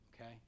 okay